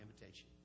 invitation